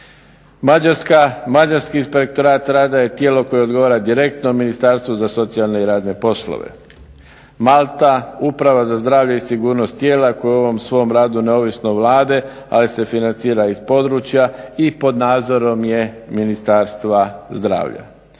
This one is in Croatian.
Mađarski inspektorat rada je tijelo koje odgovara direktno Ministarstvu za socijalne i radne poslove. Malta, Uprava za zdravlje i sigurnost tijela koji u ovom svom radu neovisno o Vlade ali se financira iz područja i pod nadzorom je Ministarstva zdravlja.